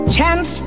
Chance